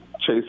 Chase